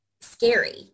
scary